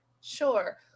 Sure